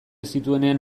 zituenean